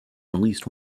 released